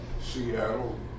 Seattle